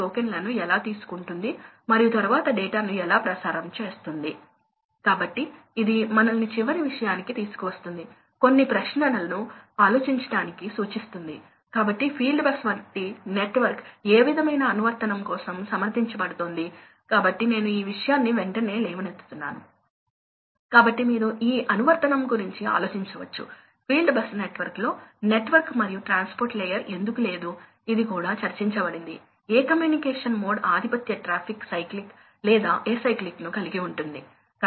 Refer Slide Time 2748 మరియు మేము దీనిని చర్చించాము లోడ్ అవసరాలు సాధారణంగా పారాబొలిక్ ప్రెజర్ ఫ్లో లక్షణాలుగా ఎందుకు చూపించబడుతున్నాయి మరియు మూడవది ఏమిటంటే ఈ లక్షణం నుండి ఇది ఆసక్తికరంగా ఉంటుంది సామర్థ్యం ఎలా మారుతుంది ప్రవాహం తగ్గినందున సామర్థ్యం పెరుగుతుందా లేదా తగ్గుతుందా